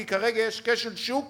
כי כרגע יש כשל שוק